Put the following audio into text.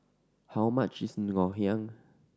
how much is Ngoh Hiang